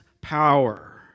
power